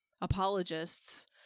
apologists